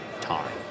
time